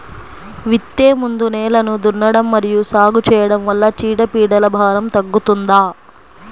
విత్తే ముందు నేలను దున్నడం మరియు సాగు చేయడం వల్ల చీడపీడల భారం తగ్గుతుందా?